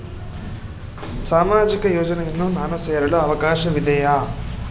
ಸಾಮಾಜಿಕ ಯೋಜನೆಯನ್ನು ನಾನು ಸೇರಲು ಅವಕಾಶವಿದೆಯಾ?